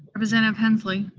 representative hensley?